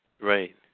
Right